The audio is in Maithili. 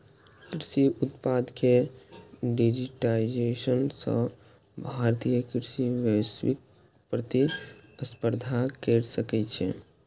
कृषि उत्पाद के डिजिटाइजेशन सं भारतीय कृषि वैश्विक प्रतिस्पर्धा कैर सकै छै